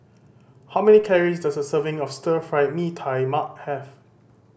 how many calories does a serving of Stir Fried Mee Tai Mak have